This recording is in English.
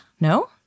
no